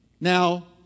Now